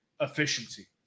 efficiency